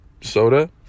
soda